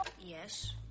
Yes